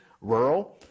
rural